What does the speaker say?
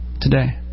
today